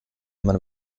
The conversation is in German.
man